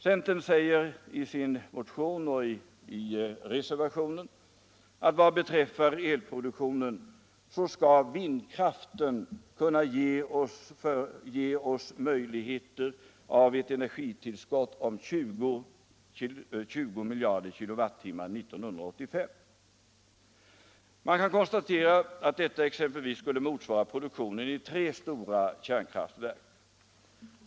Centern säger i sin motion och i reservationen att vindkraften skulle kunna ge oss goda förutsättningar för ett energitillskott på 20 miljarder kWh 1985. Man kan konstatera att detta exempelvis skulle motsvara produktionen i tre stora kärnkraftverk.